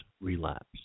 relapse